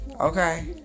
Okay